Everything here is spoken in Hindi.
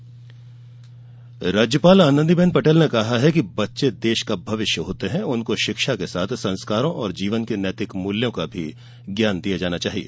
राज्यपाल राज्यपाल आनंदीबेन पटेल ने कहा है कि बच्चे देश का भविष्य होते हैं उनको शिक्षा के साथ संस्कारों और जीवन के नैतिक मूल्य का ज्ञान भी दिया जाना चाहिए